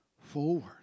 forward